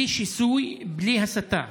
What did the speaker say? בלי שיסוי, בלי הסתה.